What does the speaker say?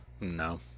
No